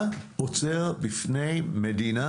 מה עוצר מדינה,